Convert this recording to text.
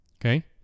Okay